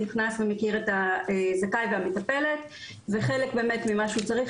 נכנס ומכיר את הזכאי והמטפלת וחלק באמת ממה שהוא צריך